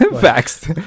Facts